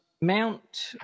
mount